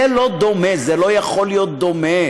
זה לא דומה, זה לא יכול להיות דומה,